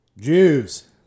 Jews